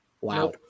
wow